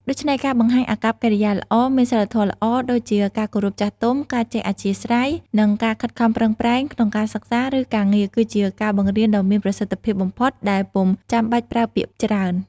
ដូច្នេះ ការបង្ហាញអាកប្បកិរិយាល្អ មានសីលធម៌ល្អ ដូចជាការគោរពចាស់ទុំ ការចេះអធ្យាស្រ័យ និងការខិតខំប្រឹងប្រែង ក្នុងការសិក្សា ឬការងារ គឺជាការបង្រៀនដ៏មានប្រសិទ្ធភាពបំផុតដែលពុំចាំបាច់ប្រើពាក្យច្រើន។